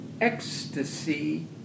ecstasy